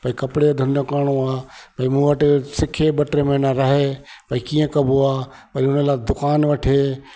भई कपिड़े जो धंधो करिणो आहे भई मूं वटि सिखे ॿ टे महीना रहे भई कीअं कबो आहे वरी उन लाइ दुकानु वठे